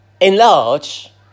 enlarge